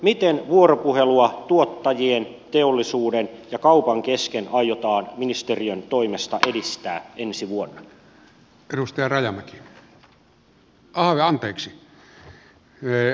miten vuoropuhelua tuottajien teollisuuden ja kaupan kesken aiotaan ministeriön toimesta edistää ensi vuonna